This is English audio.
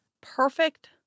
Perfect